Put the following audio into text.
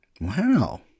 wow